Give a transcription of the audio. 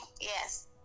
Yes